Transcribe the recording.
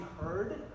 heard